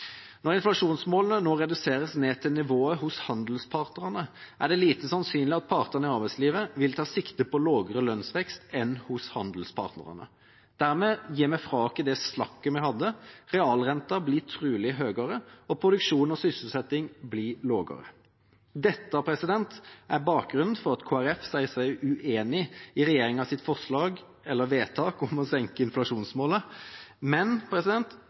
Når inflasjonsmålene nå reduseres ned til nivået hos handelspartnerne, er det lite sannsynlig at partene i arbeidslivet vil ta sikte på lavere lønnsvekst enn hos handelspartnerne. Dermed gir vi fra oss den slakken vi hadde. Realrenta blir trolig høyere, og produksjon og sysselsetting blir lavere. Dette er bakgrunnen for at Kristelig Folkeparti sier seg uenig i regjeringas vedtak om å senke inflasjonsmålet. Men